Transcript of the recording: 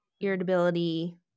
irritability